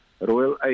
Royal